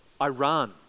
Iran